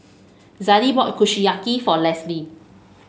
Zadie bought Kushiyaki for Lesley